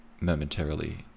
momentarily